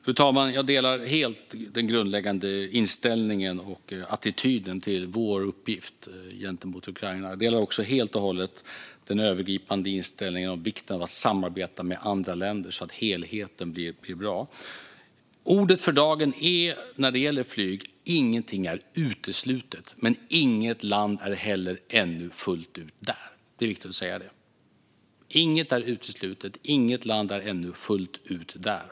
Fru talman! Jag delar helt den grundläggande inställningen och attityden till vår uppgift gentemot Ukraina. Jag delar också helt och hållet den övergripande inställningen till vikten av att samarbeta med andra länder så att helheten blir bra. Orden för dagen när det gäller flyg är att ingenting är uteslutet men att inget land heller ännu är fullt ut där. Det är viktigt att säga detta: Inget är uteslutet. Inget land är ännu fullt ut där.